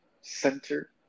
center